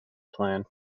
plan